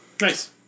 Nice